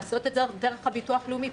לעשות את זה דרך הביטוח הלאומי,